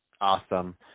Awesome